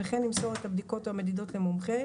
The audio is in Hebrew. וכן למסור את הבדיקות או המדידות למומחה,